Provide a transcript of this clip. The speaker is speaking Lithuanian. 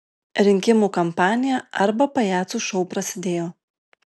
rinkimų kampanija arba pajacų šou prasidėjo